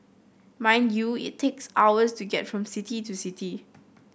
mind you it takes hours to get from city to city